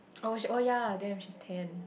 oh shit oh yea damn she's ten